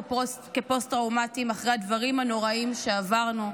כפוסט-טראומטיים אחרי הדברים הנוראים שעברנו,